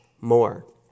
more